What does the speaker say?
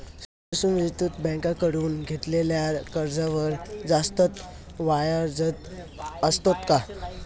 सूक्ष्म वित्तीय बँकेकडून घेतलेल्या कर्जावर जास्त व्याजदर असतो का?